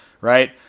right